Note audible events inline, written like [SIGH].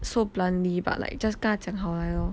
[NOISE] so bluntly but like just 跟他好来哦